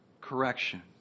Correction